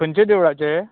खंयचे देवळाचे